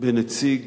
בין נציג